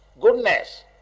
goodness